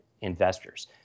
investors